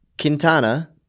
Quintana